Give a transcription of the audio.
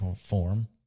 form